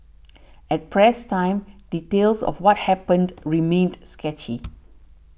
at press time details of what happened remained sketchy